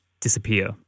disappear